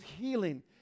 healing